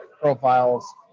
profiles